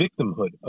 victimhood